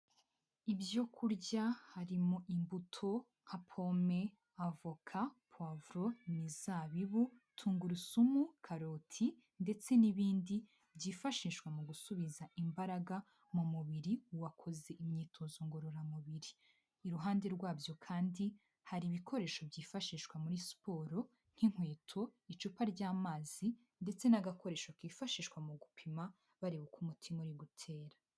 Ibyo kurya harimo imbuto, nka pome, avoka, pavuru, imizabibu tungurusumu, karoti, ndetse n'ibindi byifashishwa mu gusubiza imbaraga mu mubiri uwakoze imyitozo ngororamubiri. Iruhande rwabyo kandi hari ibikoresho byifashishwa muri siporo nk'inkweto, icupa ry'amazi, ndetse n'agakoresho kifashishwa mu gupima bareba uko umutima uri gutera.